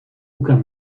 aucun